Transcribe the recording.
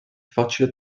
facile